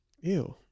ew